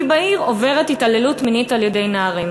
בעיר עוברת התעללות מינית על-ידי נערים.